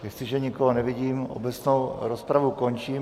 Jestliže nikoho nevidím, obecnou rozpravu končím.